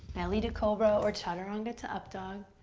we do cobra or chaturanga to up dog.